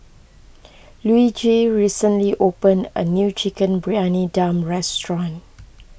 Luigi recently opened a new Chicken Briyani Dum restaurant